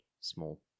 small